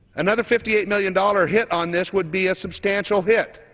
another fifty eight million dollars hit on this would be a substantial hit.